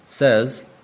says